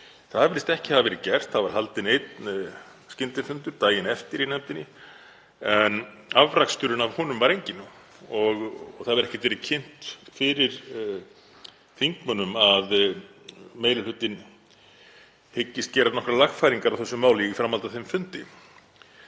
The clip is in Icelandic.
Það virðist ekki hafa verið gert. Það var haldinn einn skyndifundur daginn eftir í nefndinni en afraksturinn af honum var enginn og það hefur ekkert verið kynnt fyrir þingmönnum að meiri hlutinn hyggist gera nokkrar lagfæringar á þessu máli í framhaldi af þeim fundi.